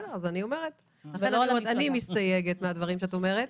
אני מסתייגת מהדברים שאת אומרת,